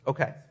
Okay